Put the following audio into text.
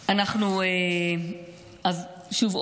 שוב,